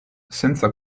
senza